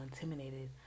intimidated